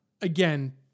Again